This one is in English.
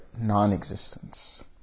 non-existence